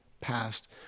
passed